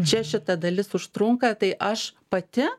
čia šita dalis užtrunka tai aš pati